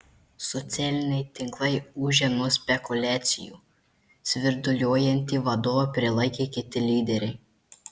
socialiniai tinklai ūžia nuo spekuliacijų svirduliuojantį vadovą prilaikė kiti lyderiai